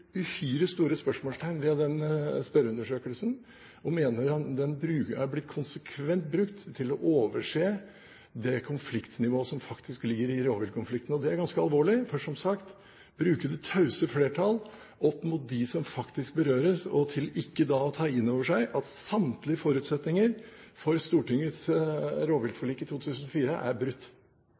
mener den konsekvent er blitt brukt til å overse det konfliktnivået som faktisk ligger i rovviltkonflikten. Det er ganske alvorlig, for, som sagt: En bruker «det tause flertall» opp mot dem som faktisk berøres, og en tar ikke inn over seg at samtlige forutsetninger for Stortingets rovviltforlik i 2004 er brutt.